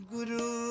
...Guru